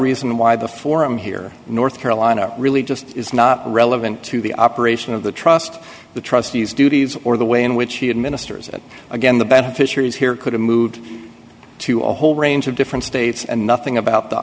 reason why the forum here in north carolina really just is not relevant to the operation of the trust the trustees duties or the way in which he administers it again the beneficiaries here could have moved to a whole range of different states and nothing about the